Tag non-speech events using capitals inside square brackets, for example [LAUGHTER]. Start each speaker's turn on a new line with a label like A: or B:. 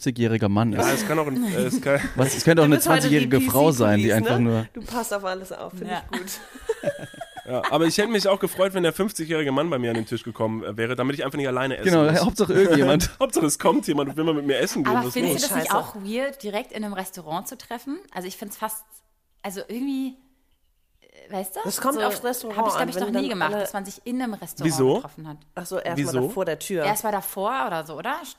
A: 50-jähriger Mann ist.
B: Ja, es kann auch ein- äh, es kann-
A: [LAUGHS] Was, es könnte auch
C: Du
A: eine
C: bist heute die
A: 20-jährige
C: PC
A: Frau sein, die
C: Police,
A: einfach
C: ne?
A: nur-
C: Du passt auf alles auf, finde ich
D: Ja.
C: gut.
A: [LAUGHS]
B: Ja, aber ich hätte mich auch gefreut, wenn der 50-jährige Mann bei mir an den Tisch gekommen wäre, damit ich einfach nicht alleine essen
A: Genau,
B: muss.
A: Hauptsache irgendjemand.
B: [LAUGHS] Hauptsache, es kommt jemand und will mal mit mir essen gehen.
D: Aber findest du
B: Muss.
D: das nicht
C: Scheiße.
D: auch weird, direkt in einem Restaurant zu treffen? Also ich find's fast- also irgendwie, äh, weißt du?
C: Das kommt
D: Also
C: aufs
D: hab
C: Restaurant
D: ich, glaub
C: an,
D: ich, noch
C: wenn
D: nie
C: dann
D: gemacht,
C: alle-
D: dass man sich in einem Restaurant
B: Wieso?
D: getroffen hat.
C: Ach so, erst mal da
B: Wieso?
C: vor der Tür.
D: Erst mal davor oder so, oder?